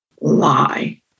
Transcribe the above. lie